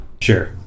Sure